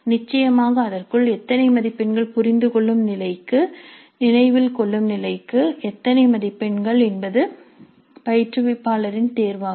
நிச்சயமாக அதற்குள் எத்தனை மதிப்பெண்கள் புரிந்துகொள்ளும் நிலைக்கு நினைவில்கொள்ளும் நிலைக்கு எத்தனை மதிப்பெண்கள் என்பது பயிற்றுவிப்பாளரின் தேர்வாகும்